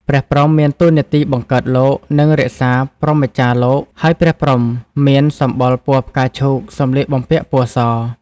ព្រះព្រហ្ម មានតួនាទីបង្កើតលោក និងរក្សាព្រហ្មចារ្យលោក ហើយព្រះព្រហ្មមានសម្បុរពណ៌ផ្កាឈូក សំម្លៀកបំពាក់ពណ៌ស ។